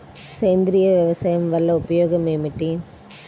సేంద్రీయ వ్యవసాయం వల్ల ఉపయోగం ఏమిటి?